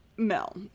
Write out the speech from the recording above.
Mel